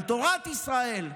על תורת ישראל,